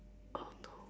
don't know